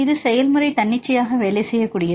இது செயல்முறை தன்னிச்சையாக வேலை செய்யக்கூடியது